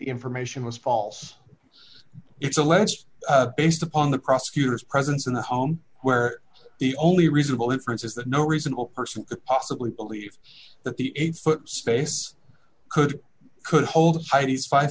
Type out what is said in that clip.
information was false it's alleged based upon the prosecutor's presence in the home where the only reasonable inference is that no reasonable person could possibly believe that the eight foot space could could hold these five